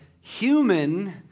human